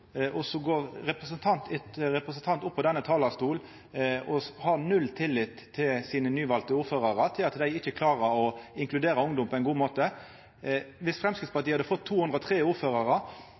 Og så går representant etter representant opp på denne talarstolen og har null tillit til sine nyvalde ordførarar, til at dei klarar å inkludera ungdom på ein god måte. Dersom Framstegspartiet hadde fått 203 ordførarar,